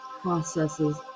processes